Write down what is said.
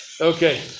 Okay